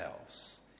else